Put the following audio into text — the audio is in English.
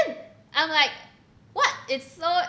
I'm like what it's so